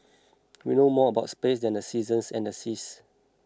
we know more about space than the seasons and the seas